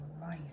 life